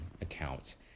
account